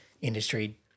industry